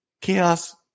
Chaos